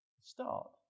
start